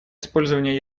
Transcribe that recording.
использование